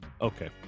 Okay